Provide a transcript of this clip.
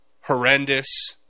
horrendous